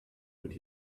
what